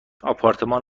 آپارتمان